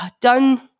done